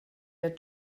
der